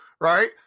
right